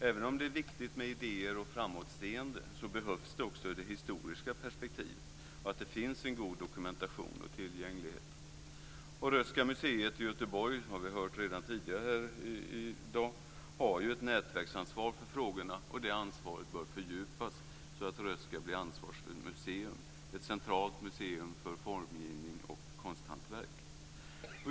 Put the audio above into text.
Även om det är viktigt med idéer och framåtseende behövs också historiska perspektiv och att det finns en god dokumentation och tillgänglighet. Röhsska museet i Göteborg, som vi har hört om redan tidigare här i dag, har ett nätverksansvar för frågorna, och det ansvaret bör fördjupas så att Röhsska blir ett ansvarsmuseum, ett centralt museum för formgivning och konsthantverk.